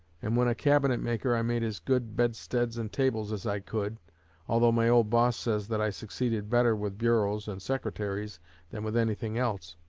and when a cabinet-maker i made as good bedsteads and tables as i could although my old boss says that i succeeded better with bureaus and secretaries than with anything else.